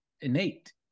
innate